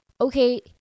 Okay